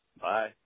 Bye